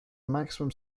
maximum